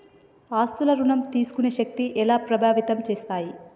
ఆస్తుల ఋణం తీసుకునే శక్తి ఎలా ప్రభావితం చేస్తాయి?